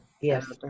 Yes